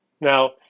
Now